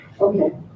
Okay